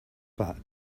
but